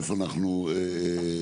איפה אנחנו אוחזים,